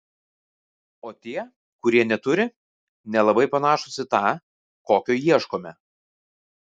o tie kurie neturi nelabai panašūs į tą kokio ieškome